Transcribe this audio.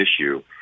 issue